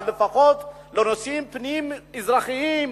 אבל לפחות בנושאים פנים-אזרחיים,